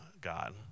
God